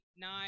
nine